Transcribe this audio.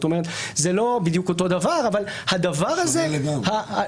זה לא בדיוק אותו דבר --- זה שונה לגמרי.